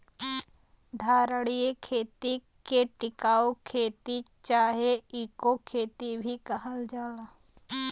धारणीय खेती के टिकाऊ खेती चाहे इको खेती भी कहल जाला